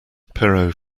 perrault